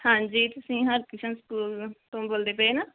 ਹਾਂਜੀ ਤੁਸੀਂ ਹਰਿਕ੍ਰਿਸ਼ਨ ਸਕੂਲ ਤੋਂ ਬੋਲਦੇ ਪਏ ਨਾ